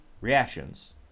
reactions